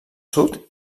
sud